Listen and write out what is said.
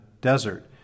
desert